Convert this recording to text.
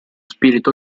spirito